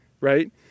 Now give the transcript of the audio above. right